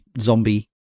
zombie